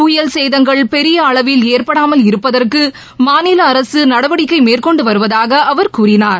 புயல் சேதங்கள் பெரிய அளவில் ஏற்படாமல் இருப்பதற்கு மாநில அரசு நடவடிக்கை மேற்கொண்டு வருவதாக அவர் கூறினார்